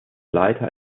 leiter